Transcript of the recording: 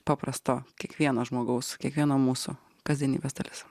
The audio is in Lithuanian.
paprasto kiekvieno žmogaus kiekvieno mūsų kasdienybės dalis